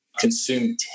consume